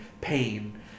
pain